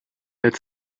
that